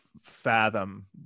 fathom